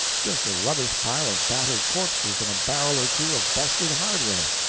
just a rubbish-pile of battered corpses and a barrel or two of busted hardware.